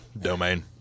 domain